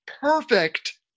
perfect